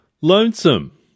Lonesome